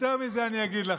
יותר מזה אני אגיד לכם,